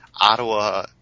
Ottawa